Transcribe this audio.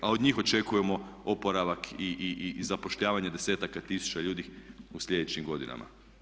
A od njih očekujemo oporavak i zapošljavanje desetaka tisuća ljudi u slijedećim godinama.